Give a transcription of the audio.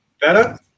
better